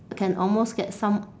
can almost get some